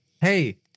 Hey